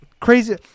Crazy